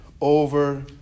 over